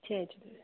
जय झूले